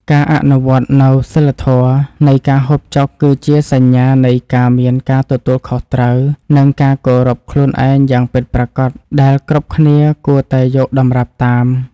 ការអនុវត្តនូវសីលធម៌នៃការហូបចុកគឺជាសញ្ញានៃការមានការទទួលខុសត្រូវ និង ការគោរពខ្លួនឯងយ៉ាងពិតប្រាកដដែលគ្រប់គ្នាគួរតែយកតម្រាប់តាម។